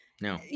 No